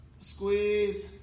squeeze